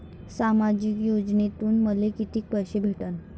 सामाजिक योजनेतून मले कितीक पैसे भेटन?